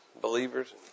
believers